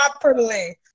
properly